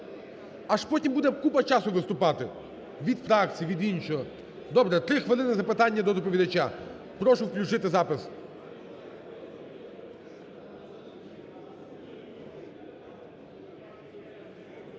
Аж потім буде купа часу виступати: від фракцій, від іншого. Добре, 3 хвилини на запитання до доповідача. Прошу включити запис.